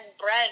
bread